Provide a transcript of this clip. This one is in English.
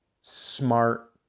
smart